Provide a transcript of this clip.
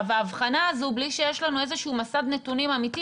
ההבחנה הזו בלי שיש לנו איזה שהוא מסד נתונים אמיתי,